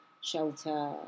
shelter